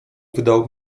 wydał